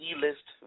E-list